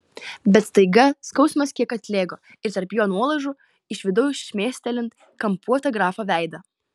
bet staiga skausmas kiek atlėgo ir tarp jo nuolaužų išvydau šmėstelint kampuotą grafo veidą